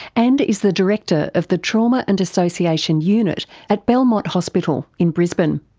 and is the director of the trauma and dissociation unit at belmont hospital in brisbane.